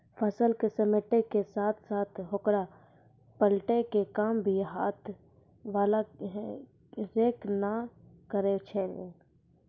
फसल क समेटै के साथॅ साथॅ होकरा पलटै के काम भी हाथ वाला हे रेक न करै छेलै